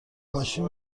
ماشین